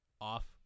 off